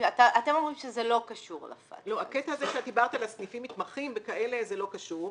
אתם אומרים שזה לא קשור ל- FATKA. הקטע של סניפים מתמחים לא קשור.